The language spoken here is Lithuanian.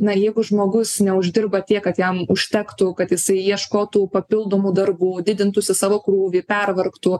na jeigu žmogus neuždirba tiek kad jam užtektų kad jisai ieškotų papildomų darbų didintųsi savo krūvį pervargtų